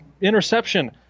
interception